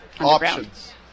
Options